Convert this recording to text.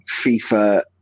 FIFA